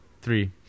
three